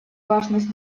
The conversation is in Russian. важность